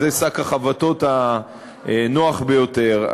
זה שק החבטות הנוח ביותר.